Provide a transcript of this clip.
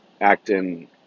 acting